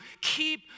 keep